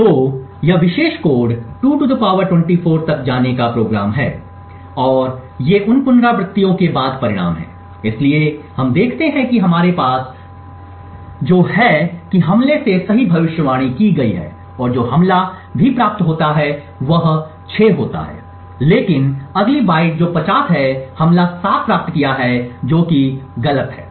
तो यह विशेष कोड 2 24 तक जाने का कार्यक्रम है और ये उन पुनरावृत्तियों के बाद परिणाम हैं इसलिए हम देखते हैं कि हमारे पास यह सक्षम है जो कि हमले से सही भविष्यवाणी की गई है और जो हमला भी प्राप्त होता है वह 6 होता है लेकिन अगली बाइट जो 50 है हमला 7 प्राप्त किया है जो कि गलत है